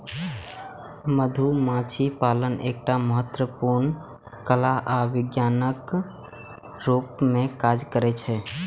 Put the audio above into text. मधुमाछी पालन एकटा महत्वपूर्ण कला आ विज्ञानक रूप मे काज करै छै